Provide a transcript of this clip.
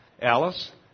Alice